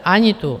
Ani tu.